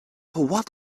what